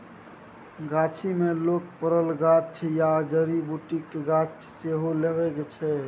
गाछी मे लोक फरक गाछ या जड़ी बुटीक गाछ सेहो लगबै छै